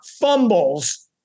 fumbles